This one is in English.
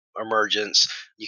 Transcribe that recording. emergence